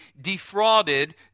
defrauded